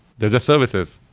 they're just services.